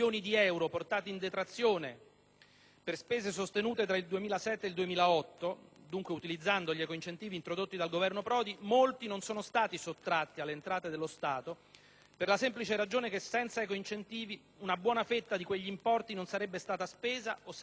per spese sostenute fra il 2007 e il 2008 - dunque utilizzando gli ecoincentivi introdotti dal Governo Prodi - molti non sono stati sottratti alle entrate dello Stato, per la semplice ragione che senza ecoincentivi una buona fetta di quegli importi non sarebbe stata spesa o sarebbe stata spesa in nero.